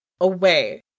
away